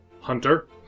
Hunter